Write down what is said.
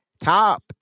top